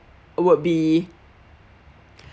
would be